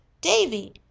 Davy